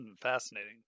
Fascinating